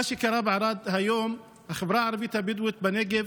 מה שקרה בערד היום: החברה הערבית הבדואית בנגב,